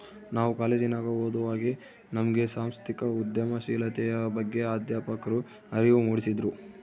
ನಾವು ಕಾಲೇಜಿನಗ ಓದುವಾಗೆ ನಮ್ಗೆ ಸಾಂಸ್ಥಿಕ ಉದ್ಯಮಶೀಲತೆಯ ಬಗ್ಗೆ ಅಧ್ಯಾಪಕ್ರು ಅರಿವು ಮೂಡಿಸಿದ್ರು